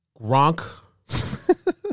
Gronk